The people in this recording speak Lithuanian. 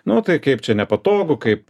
nu tai kaip čia nepatogu kaip